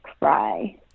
cry